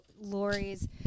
Lori's